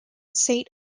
saint